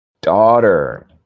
daughter